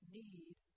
need